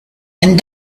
and